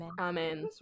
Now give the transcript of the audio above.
Amen